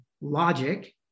logic